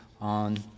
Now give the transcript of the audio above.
on